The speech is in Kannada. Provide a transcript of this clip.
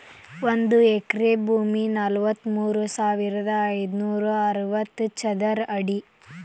ಒಂದ ಎಕರೆ ಭೂಮಿ ನಲವತ್ಮೂರು ಸಾವಿರದ ಐದನೂರ ಅರವತ್ತ ಚದರ ಅಡಿ